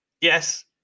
Yes